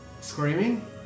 screaming